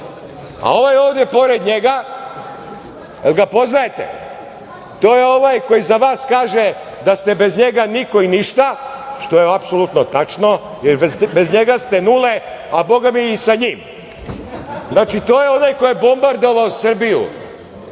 a ovaj ovde pored njega, jel ga poznajete? To je ovaj koji za vas kaže da ste bez njega niko i ništa, što je apsolutno tačno, jer bez njega ste nule, a bogami i sa njim. Znači, to je onaj koji je bombardovao Srbiju